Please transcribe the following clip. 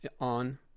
on